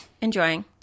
Enjoying